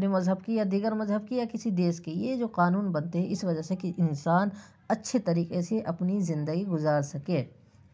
اپنے مذہب کی یا دیگر مذہب کی یا کسی دیس کی یہ جو قانون بنتے ہیں اس وجہ سے كہ انسان اچّھے طریقے سے اپںی زندگی گزار سکے